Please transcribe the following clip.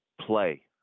play